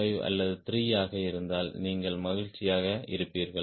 5 அல்லது 3 ஆக இருந்தால் நீங்கள் மகிழ்ச்சியாக இருப்பீர்கள்